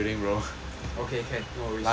okay can no worries